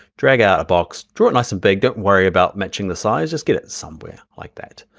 drag our box, draw it nice and big. don't worry about matching the size, just get it somewhere like that.